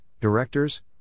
directors